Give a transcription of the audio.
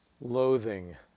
loathing